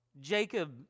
Jacob